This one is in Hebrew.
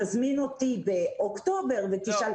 תזמין אותי באוקטובר ותשאל,